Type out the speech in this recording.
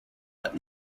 but